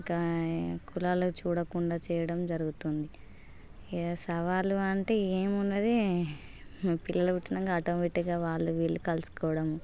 ఇంకా కులాలు చూడకుండా చేయడం జరుగుతుంది ఇంక సవాళ్ళు అంటే ఏమున్నది పిల్లలు పుటినాక ఆటోమేటిక్గా వాళ్ళు వీళ్ళు కలుసుకోవడము